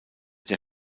der